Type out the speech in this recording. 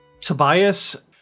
Tobias